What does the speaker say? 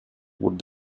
would